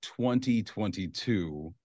2022